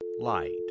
Light